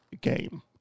game